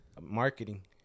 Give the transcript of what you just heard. marketing